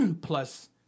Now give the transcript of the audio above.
plus